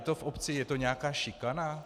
Je to v obci, je to nějaká šikana?